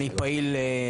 אני פעיל,